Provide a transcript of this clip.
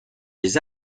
les